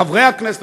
חברי הכנסת,